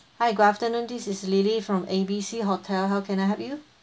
hi good afternoon this is lily from A B C hotel how can I help you